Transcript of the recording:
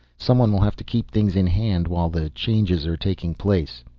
someone will have to keep things in hand while the changes are taking place.